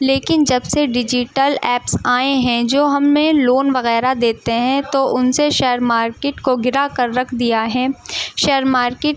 لیکن جب سے ڈیجیٹل ایپس آئے ہیں جو ہم میں لون وغیرہ دیتے ہیں تو ان سے شیئر مارکیٹ کو گرا کر رکھ دیا ہے شیئر مارکیٹ